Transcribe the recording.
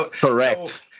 Correct